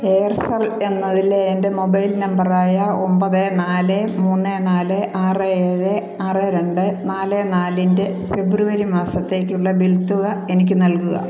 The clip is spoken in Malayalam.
എയർസെൽ എന്നതിലെ എൻ്റെ മൊബൈൽ നമ്പറായ ഒമ്പത് നാല് മുന്ന് നാല് ആറ് ഏഴ് ആറ് രണ്ട് നാല് നാലിൻ്റെ ഫെബ്രുവരി മാസത്തേക്കുള്ള ബിൽ തുക എനിക്ക് നൽകുക